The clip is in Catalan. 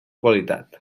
qualitat